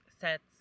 sets